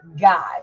God